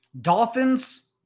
Dolphins